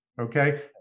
okay